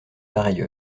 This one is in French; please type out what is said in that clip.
pareille